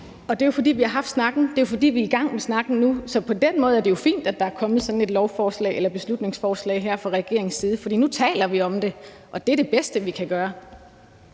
og det er jo, fordi vi har haft snakken. Det er jo, fordi vi er i gang med snakken nu. Så på den måde er det jo fint, at der er kommet sådan et beslutningsforslag her fra regeringens side, for nu taler vi om det, og det er det bedste, vi kan gøre.